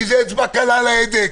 כי זו אצבע קלה על ההדק,